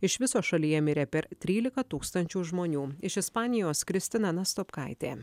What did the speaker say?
iš viso šalyje mirė per tryliką tūkstančių žmonių iš ispanijos kristina nastopkaitė